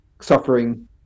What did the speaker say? suffering